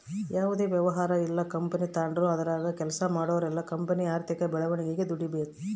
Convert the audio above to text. ಯಾವುದೇ ವ್ಯವಹಾರ ಇಲ್ಲ ಕಂಪನಿ ತಾಂಡ್ರು ಅದರಾಗ ಕೆಲ್ಸ ಮಾಡೋರೆಲ್ಲ ಕಂಪನಿಯ ಆರ್ಥಿಕ ಬೆಳವಣಿಗೆಗೆ ದುಡಿಬಕು